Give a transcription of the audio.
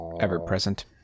ever-present